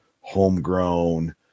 homegrown